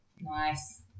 Nice